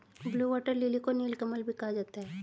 blue water lily को नीलकमल भी कहा जाता है